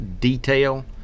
detail